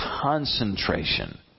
concentration